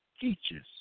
teaches